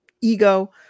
ego